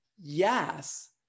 Yes